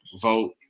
Vote